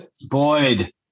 Boyd